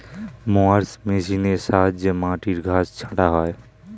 mowers মেশিনের সাহায্যে মাটির ঘাস ছাঁটা হয়